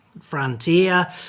frontier